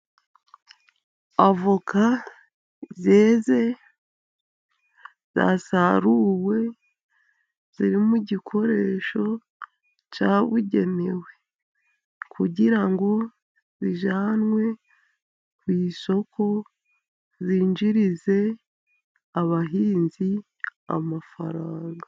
Avoka zeze, zasaruwe, ziri mu gikoresho cyabugenewe. Kugira ngo bijyanwe ku isoko, binjirize abahinzi amafaranga.